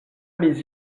mes